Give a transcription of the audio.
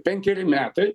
penkeri metai